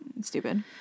Stupid